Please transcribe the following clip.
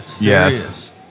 Yes